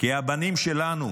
כי הבנים שלנו,